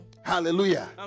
Hallelujah